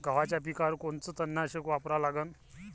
गव्हाच्या पिकावर कोनचं तननाशक वापरा लागन?